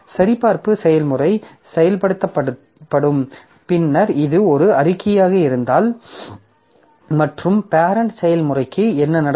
சரிபார்ப்பு செயல்முறை செயல்படுத்தப்படும் பின்னர் இது ஒரு அறிக்கையாக இருந்தால் மற்றும் பேரெண்ட் செயல்முறைக்கு என்ன நடக்கும்